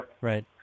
Right